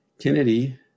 Kennedy